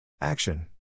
Action